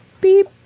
Beep